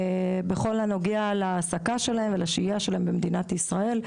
בכל הנוגע להעסקה ולשהייה שלהם במדינת ישראל.